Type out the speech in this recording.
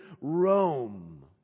Rome